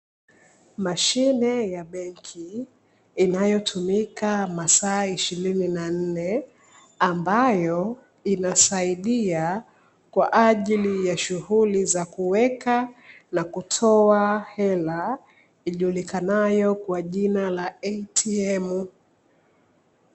Mashine ya benki inayotumika masaa ishirini na nne, ambayo inasaidia kwa ajili ya shughuli za kuweka na kutoa hela ijulikanayo kwa jina la ATM.